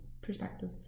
perspective